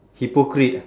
hypocrite